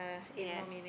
yea